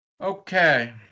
Okay